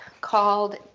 called